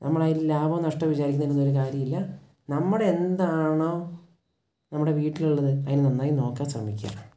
നമ്മൾ അതിൽ ലാഭം നഷ്ടം വിചാരിക്കുന്നു എന്നൊരു കാര്യം ഇല്ല നമ്മടെ എന്താണോ നമ്മുടെ വീട്ടിൽ ഉള്ളത് അതിനെ നന്നായി നോക്കാൻ ശ്രമിക്കുക